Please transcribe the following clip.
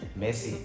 messi